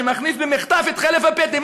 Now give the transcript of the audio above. שמכניס במחטף את חלף הפטם.